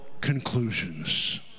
conclusions